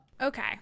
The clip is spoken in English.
Okay